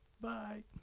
Bye